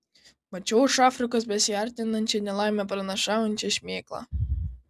mačiau iš afrikos besiartinančią nelaimę pranašaujančią šmėklą